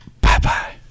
Bye-bye